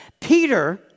Peter